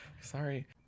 sorry